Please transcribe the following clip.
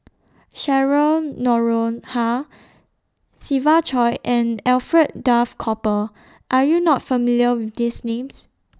Cheryl Noronha Siva Choy and Alfred Duff Cooper Are YOU not familiar with These Names